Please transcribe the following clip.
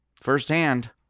firsthand